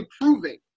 improving